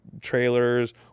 trailers